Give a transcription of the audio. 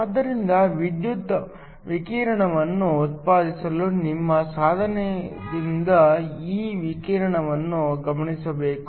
ಆದ್ದರಿಂದ ವಿದ್ಯುತ್ ವಿಕಿರಣವನ್ನು ಉತ್ಪಾದಿಸಲು ನಿಮ್ಮ ಸಾಧನದಿಂದ ಈ ವಿಕಿರಣವನ್ನು ಗಮನಿಸಬೇಕು